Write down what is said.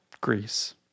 Greece